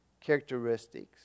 characteristics